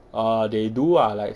err they do ah like